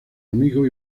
amigo